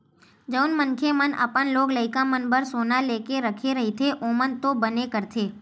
जउन मनखे मन अपन लोग लइका मन बर सोना लेके रखे रहिथे ओमन तो बने करथे